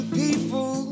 people